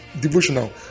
devotional